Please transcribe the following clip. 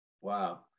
Wow